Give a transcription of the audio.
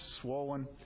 swollen